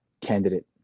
candidate